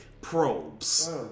probes